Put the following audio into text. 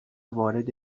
وارد